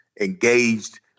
engaged